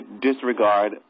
disregard